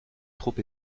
trop